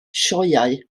sioeau